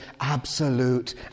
absolute